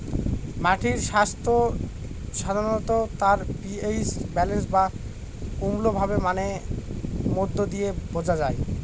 মাটির স্বাস্থ্য সাধারনত তার পি.এইচ ব্যালেন্স বা অম্লভাব মানের মধ্যে দিয়ে বোঝা যায়